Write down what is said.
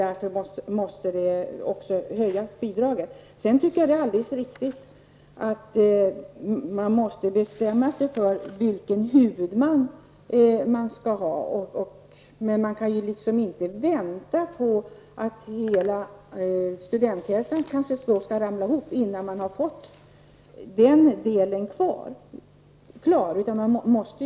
Därför måste statsbidraget höjas. Sedan tycker jag att det är alldeles riktigt att man måste bestämma sig för vilken huvudman man skall ha. Men man kan inte vänta tills hela Studenthälsan så att säga har ramlat ihop. Något måste alltså göras i det sammanhanget.